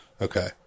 Okay